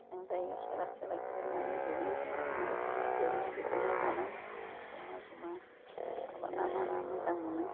मोजां जायो खेला सेला गेलेनानै दुगैनो थांनाय मानो थांनाय दैमायाव दुगैनाय मानाय जमा जमा माबा माना मोजां मोनो